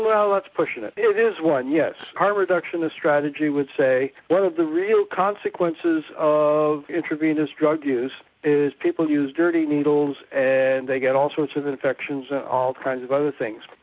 well that's pushing it, it is one yes, harm reduction as strategy would say one of the real consequences of intravenous drug use is people use dirty needles and they get all sorts of infections and all kinds of other things.